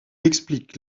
explique